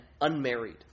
unmarried